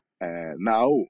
now